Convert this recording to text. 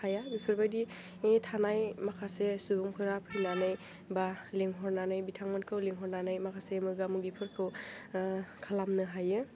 थाया बेफोरबायदि थानाय माखासे सुबुंफोरा फैनानै बा लिंहरनानै बिथांमोनखौ लिंहरनानै माखासे मोगा मोगिफोरखौ खालामनो हायो